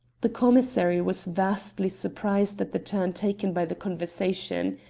the commissary was vastly surprised at the turn taken by the conversation.